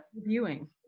reviewing